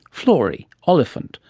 florey, oliphant,